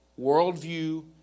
Worldview